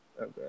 Okay